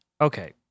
Okay